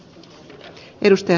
hyvä sekin